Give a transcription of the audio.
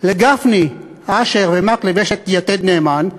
לגפני, אשר ומקלב יש את "יתד נאמן".